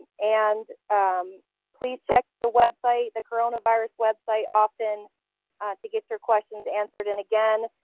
and umm please check the website, the coronavirus website, often to get your questions answered. and again,